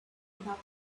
without